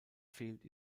fehlt